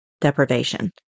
deprivation